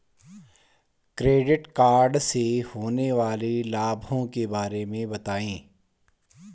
Credit card से होने वाले लाभों के बारे में बताएं?